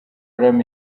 haram